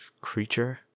creature